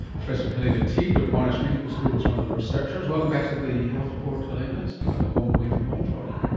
professor helena teede of monash medical school was one of the researchers. welcome back to the health report, helena. it's becoming a home away from home for you.